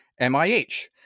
MIH